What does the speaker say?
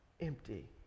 empty